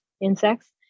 insects